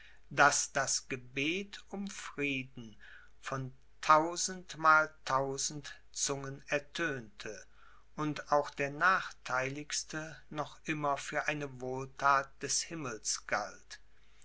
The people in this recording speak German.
daß das gebet um frieden von tausendmaltausend zungen ertönte und auch der nachtheiligste noch immer für eine wohlthat des himmels galt